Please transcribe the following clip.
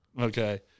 okay